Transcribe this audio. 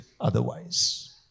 otherwise